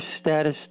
status